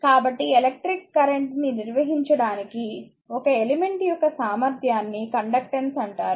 కాబట్టి electric current ని నిర్వహించడానికి ఒక ఎలిమెంట్ యొక్క సామర్ధ్యాన్ని కండక్టెన్స్ అంటారు